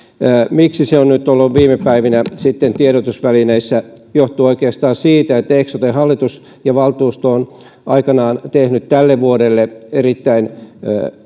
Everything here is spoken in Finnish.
miksi se on nyt ollut viime päivinä sitten tiedotusvälineissä johtuu oikeastaan siitä että eksoten hallitus ja valtuusto ovat aikanaan tehneet tälle vuodelle erittäin